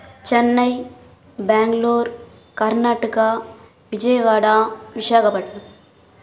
Chennai Bangalore Karnataka Vijayawada Visakhapatnam